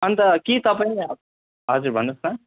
अन्त के तपाईँ हजुर भन्नुहोस् त